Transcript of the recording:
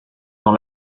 dans